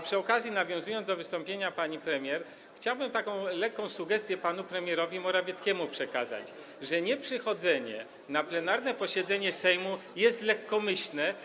Przy okazji nawiązując do wystąpienia pani premier, chciałbym przekazać taką lekką sugestię panu premierowi Morawieckiemu, że nieprzychodzenie na plenarne posiedzenie Sejmu jest lekkomyślne.